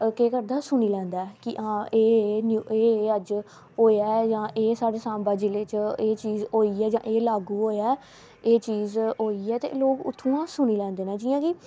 केह् करदा सुनी लैंदा ऐ कि आं एह् एह् न्यूज़ एह् एह् अज्ज होया ऐ जां एह् साढ़े साम्बा जिले च एह् चीज होई ऐ जां एह् लागू होया ऐ एह् चीज होई ऐ ते लोक उ'त्थुआं सुनी लैंदे न जि'यां कि